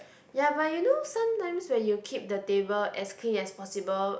ya but you know sometimes when you keep the table as clean as possible